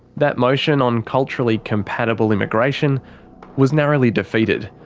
that motion on culturally compatible immigration was narrowly defeated.